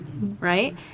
Right